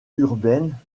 urbaine